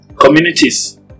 communities